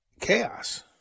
chaos